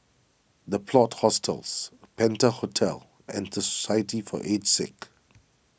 the Plot Hostels Penta Hotel and the Society for Aged Sick